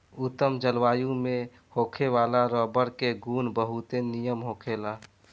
उत्तम जलवायु में होखे वाला रबर के गुण बहुते निमन होखेला